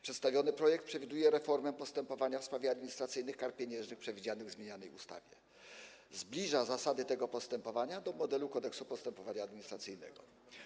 Przedstawiony projekt przewiduje reformę postępowania w sprawie administracyjnych kar pieniężnych przewidzianych w zmienianej ustawie, zbliża zasady tego postępowania do modelu Kodeksu postępowania administracyjnego.